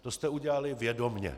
To jste udělali vědomě.